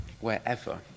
wherever